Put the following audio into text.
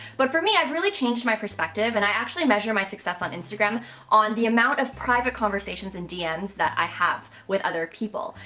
but for me, i've really changed my perspective and i actually measure my success on instagram on the amount of private conversations in dms that i have with other people.